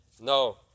No